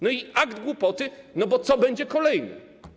No i akt głupoty, bo co będzie kolejne?